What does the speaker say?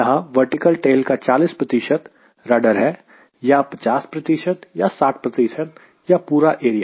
यहां vertical tail का 40 rudder है या 50 या 60 या फिर पूरा एरिया